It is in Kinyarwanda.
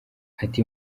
ati